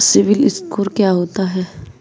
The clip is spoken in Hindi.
सिबिल स्कोर क्या होता है?